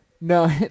No